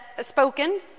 spoken